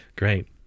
Great